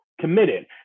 committed